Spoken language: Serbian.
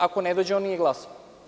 Ako ne dođe, on nije glasao.